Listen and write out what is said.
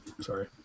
Sorry